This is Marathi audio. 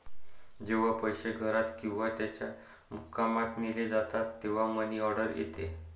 जेव्हा पैसे घरात किंवा त्याच्या मुक्कामात नेले जातात तेव्हा मनी ऑर्डर येते